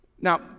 Now